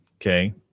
okay